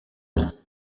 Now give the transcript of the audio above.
nom